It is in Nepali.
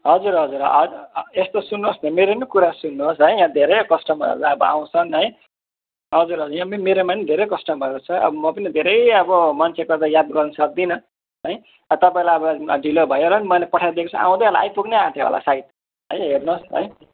हजुर हजुर यस्तो सुन्नुहोस् न मेरो पनि कुरा सुन्नुहोस् है यहाँ धेरै कस्टमरहरू अब आउँछन् है हजुर हजुर यहाँ मेरोमा नि धेरै कस्टमरहरू छ म पनि धेरै अब मान्छेको त याद गर्नु सक्दिनँ है तपाईँलाई अब ढिलो भएर पनि मैले पठाइदिएको छु आउँदै होला आइपुग्नु आँट्यो होला सायद है हेर्नुहोस् है